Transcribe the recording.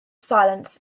silence